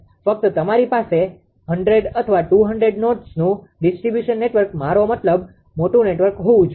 ફક્ત તમારી પાસે 100 અથવા 200 નોડસનુ ડિસ્ટ્રિબ્યુશન નેટવર્ક મારો મતલબ મોટું નેટવર્ક હોવું જોઈએ